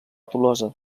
tolosa